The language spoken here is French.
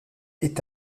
est